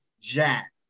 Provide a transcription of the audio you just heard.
Jack